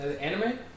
anime